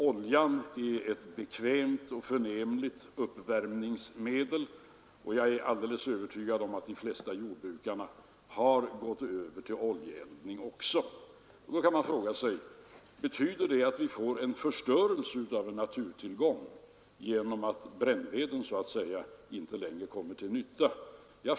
Oljan är ett bekvämt och förnämligt uppvärmningsmedel, och jag är alldeles övertygad om att också de flesta jordbrukare har gått över till oljeeldning. Då kan man fråga sig: Betyder det att vi får förstörelse av en naturtillgång genom att brännveden inte längre kommer till nytta?